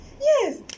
Yes